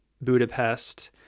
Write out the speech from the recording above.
Budapest